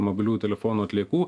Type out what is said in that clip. mobilių telefonų atliekų